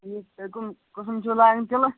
اچھا تُہۍ کُس قٕسٕم چھُ لاگَان تِلہٕ